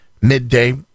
midday